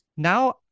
Now